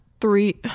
three